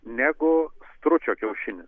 negu stručio kiaušinis